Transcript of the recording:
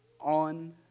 on